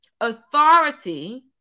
authority